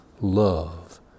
love